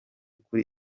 kuri